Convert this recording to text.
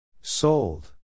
Sold